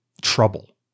trouble